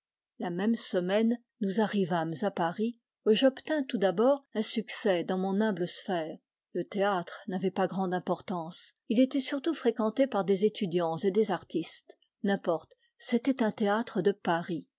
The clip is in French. la même semaine nous arrivâmes à paris où j'obtins tout d'abord un succès dans mon humble sphère le théâtre n'avait pas grande importance il était surtout fréquenté par des étudians et des artistes n'importe c'était un théâtre de paris